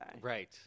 Right